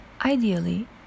Ideally